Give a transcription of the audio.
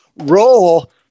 role